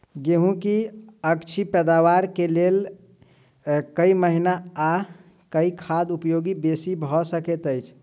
गेंहूँ की अछि पैदावार केँ लेल केँ महीना आ केँ खाद उपयोगी बेसी भऽ सकैत अछि?